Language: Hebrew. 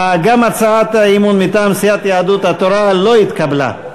גם הצעת האי-אמון מטעם סיעת יהדות התורה לא התקבלה.